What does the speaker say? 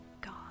God